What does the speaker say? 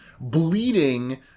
bleeding